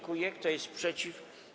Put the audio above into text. Kto jest przeciw?